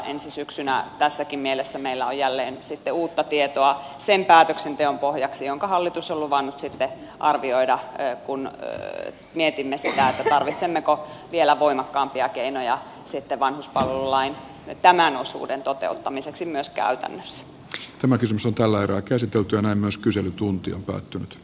ensi syksynä tässäkin mielessä meillä on jälleen sen päätöksenteon pohjaksi uutta tietoa jonka hallitus on luvannut sitten arvioida kun mietimme tarvitsemmeko vielä voimakkaampia keinoja vanhuspalvelulain tämän osuuden toteuttamiseksi myös käytännössä tämä kysymys on tällä erää käsiteltynä myös kyselytunti on päättynyt